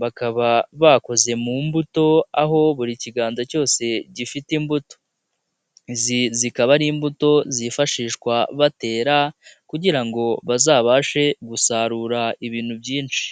bakaba bakoze mu mbuto aho buri kiganza cyose gifite imbuto, izi zikaba ari imbuto zifashishwa batera kugira ngo bazabashe gusarura ibintu byinshi.